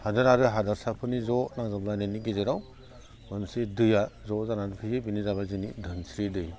हादर आरो हादरसाफोरनि ज' नांजाबनायनि गेजेराव मोनसे दैया ज' जानानै फैयो बिनो जाबाय जोंनि धोनस्रि दै